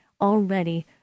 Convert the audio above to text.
already